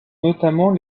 notamment